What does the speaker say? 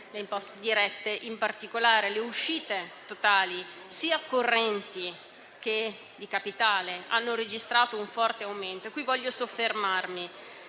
le imposte dirette in particolare. Le uscite totali, sia correnti che di capitale, hanno registrato un forte aumento: qui voglio soffermarmi,